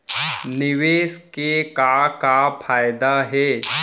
निवेश के का का फयादा हे?